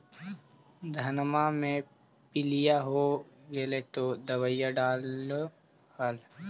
धनमा मे पीलिया हो गेल तो दबैया डालो हल?